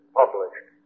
published